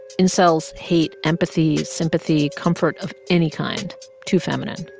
incels hate empathy, sympathy, comfort of any kind too feminine.